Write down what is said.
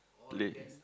play